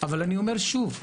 אבל אני אומר שוב,